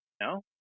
No